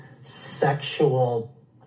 sexual